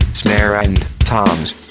snare, and toms.